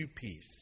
peace